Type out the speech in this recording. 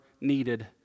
needed